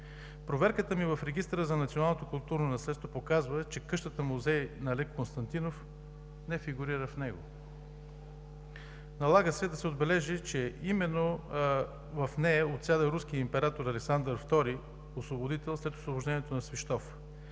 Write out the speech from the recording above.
Проверката ми в Регистъра за националното културно наследство показва, че къщата музей на Алеко Константинов не фигурира в него. Налага се да се отбележи, че именно в нея отсяда руският император Александър ІІ – Освободител, след освобождението на Свищов.